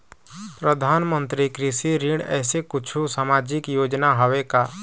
परधानमंतरी कृषि ऋण ऐसे कुछू सामाजिक योजना हावे का?